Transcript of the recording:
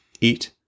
eat